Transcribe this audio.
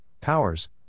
powers